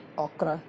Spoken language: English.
okra